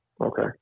okay